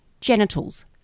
genitals